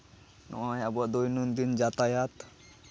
ᱱᱚᱜᱼᱚᱭ ᱟᱵᱚᱣᱟᱜ ᱫᱳᱭᱱᱚᱱᱫᱤᱱ ᱡᱟᱛᱟᱣᱟᱛ